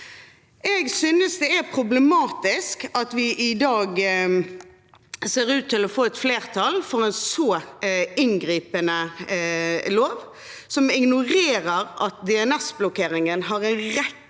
Jeg synes det er problematisk at vi i dag ser ut til å få et flertall for en så inngripende lov, som ignorerer at DNS-blokkering har en rekke